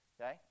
okay